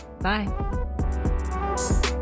Bye